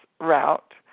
route